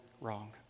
wrong